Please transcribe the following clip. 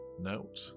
note